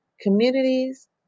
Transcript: communities